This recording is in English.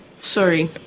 Sorry